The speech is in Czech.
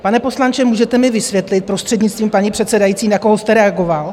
Pane poslanče, můžete mi vysvětlit, prostřednictvím paní předsedající, na koho jste reagoval?